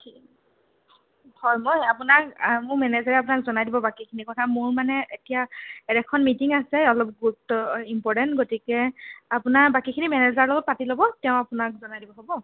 হয় মই আপোনাক মোৰ মেনেজাৰে আপোনাক জনাই দিব বাকীখিনি কথা মোৰ এতিয়া এখন মিটিং আছে অলপ গুৰুত্ব ইমপৰটেণ্ট গতিকে আপোনাৰ বাকীখিনি মেনেজাৰৰ লগত পাতি ল'ব তেওঁ আপোনাক জনাই দিব হ'ব